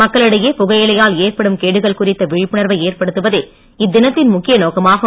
மக்களிடையே புகையிலையால் ஏற்படும் கேடுகள் குறித்த விழிப்புணர்வை ஏற்படுத்துவதே இத்தினத்தின் முக்கிய நோக்கமாகும்